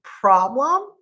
problem